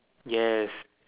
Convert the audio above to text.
yes